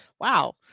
Wow